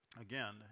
Again